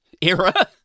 era